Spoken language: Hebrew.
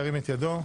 ירים את ידו.